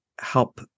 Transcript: help